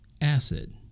acid